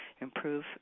improve